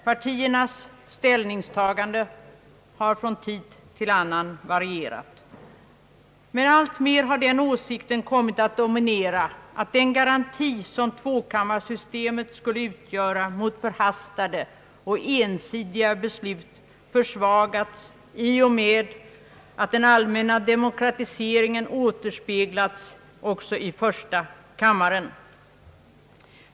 Partiernas ställningstaganden har från tid till annan varierat, men alltmer har den åsikten kommit att dominera att den garanti som tvåkammarsystemet skulle utgöra mot förhastade och ensidiga beslut har försvagats i och med att den allmänna demokratiseringen återspeglats också i första kammarens sammansättning.